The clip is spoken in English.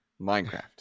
minecraft